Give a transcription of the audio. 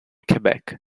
quebec